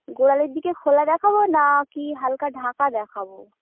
গোড়ালির দিকে খোলা দেখাব না কি হালকা ঢাকা দেখাব